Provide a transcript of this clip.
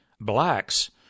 Blacks